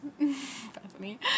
Bethany